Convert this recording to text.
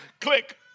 Click